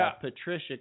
Patricia